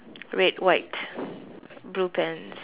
red white blue pants